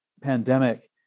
pandemic